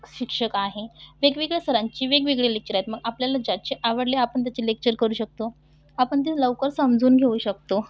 शिक्षक आहे वेगवेगळ्या सरांची वेगवेगळी लेक्चर आहेत मग आपल्याला ज्याचे आवडले आपण त्याचे लेक्चर करू शकतो आपण ते लवकर समजून घेऊ शकतो